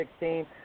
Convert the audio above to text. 2016